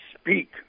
speak